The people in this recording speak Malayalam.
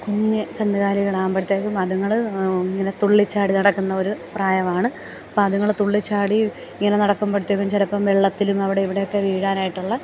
കുഞ്ഞ് കന്നുകാലികളാകുമ്പോഴത്തേക്കും അതുങ്ങൾ ഇങ്ങനെ തുള്ളി ചാടി നടക്കുന്ന ഒരു പ്രായമാണ് അപ്പം അതുങ്ങൾ തുള്ളി ചാടി ഇങ്ങനെ നടക്കുമ്പോഴത്തേക്കും ചിലപ്പം വെള്ളത്തിലും അവിടെ ഇവിടെയുമൊക്കെ വീഴാനായിട്ടുള്ള